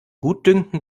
gutdünken